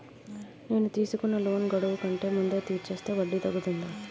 నేను తీసుకున్న లోన్ గడువు కంటే ముందే తీర్చేస్తే వడ్డీ తగ్గుతుందా?